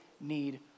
need